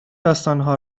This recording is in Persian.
داستانها